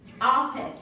office